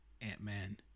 Ant-Man